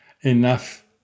enough